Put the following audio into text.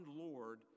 Lord